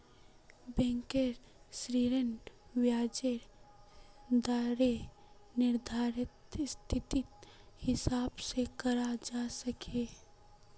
बैंकेर ऋनेर ब्याजेर दरेर निर्धानरेर स्थितिर हिसाब स कराल जा छेक